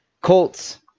Colts